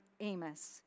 Amos